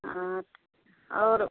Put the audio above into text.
हाँ तो और